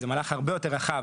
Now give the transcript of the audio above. זה מהלך הרבה יותר רחב,